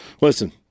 Listen